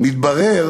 מתברר